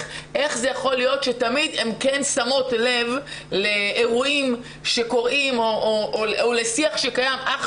זה יכול להיות שתמיד הם כן שמים לב לאירועים שקורים או לשיח קיים אך